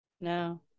no